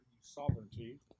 Sovereignty